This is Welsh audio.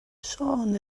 siôn